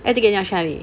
air ticket 你要去哪里